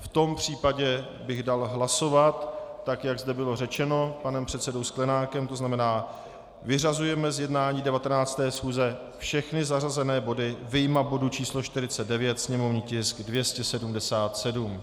V tom případě bych dal hlasovat tak, jak zde bylo řečeno panem předsedou Sklenákem, to znamená, vyřazujeme z jednání 19. schůze všechny zařazené body vyjma bodu číslo 49, sněmovní tisk 277.